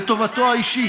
לטובתו האישית.